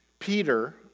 Peter